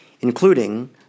including